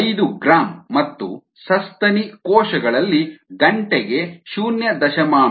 5 gram ಮತ್ತು ಸಸ್ತನಿ ಕೋಶಗಳಲ್ಲಿ ಗಂಟೆಗೆ 0